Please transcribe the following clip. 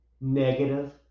negative